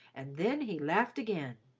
and then he laughed again.